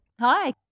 Hi